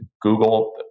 Google